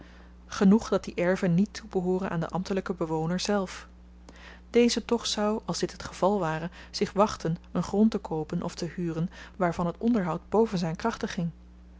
genoeg dat die erven niet toebehooren aan den ambtelyken bewoner zelf deze toch zou als dit het geval ware zich wachten een grond te koopen of te huren waarvan t onderhoud boven zyn krachten ging